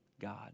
God